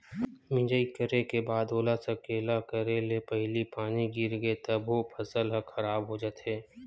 मिजई करे के बाद ओला सकेला करे ले पहिली पानी गिरगे तभो फसल ह खराब हो जाथे